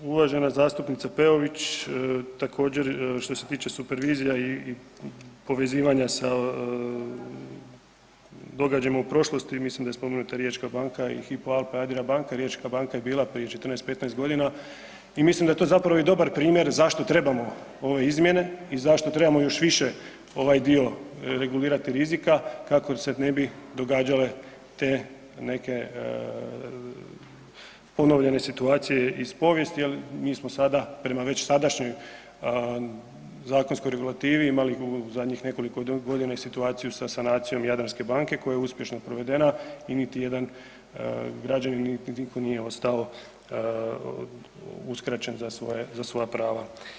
Uvažena zastupnica Peović također što se tiče supervizija i povezivanja sa događajima u prošlosti, mislim da je spomenuta riječka banka i Hypo Alpe-Adria banka, riječka banka je bila prije 14-15.g. i mislim da je to zapravo i dobar primjer zašto trebamo ove izmjene i zašto trebamo još više ovaj dio regulirati rizika kako se ne bi događale te neke ponovljene situacije iz povijesti, ali mi smo sada, prema već sadašnjoj zakonskoj regulativi imali zadnjih nekoliko godina i situaciju sa sanacijom Jadranske banke koja je uspješno provedena i niti jedan građanin, ni niko nije ostao uskraćen za svoje, za svoja prava.